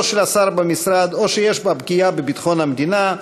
של השר במשרד או שיש בה פגיעה בביטחון המדינה,